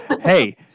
Hey